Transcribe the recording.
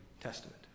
Testament